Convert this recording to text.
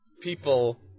people